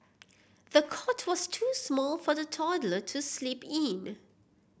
the cot was too small for the toddler to sleep in